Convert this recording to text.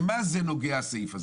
כי למה זה נוגע הסעיף הזה?